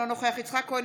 אינו נוכח יצחק כהן,